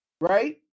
Right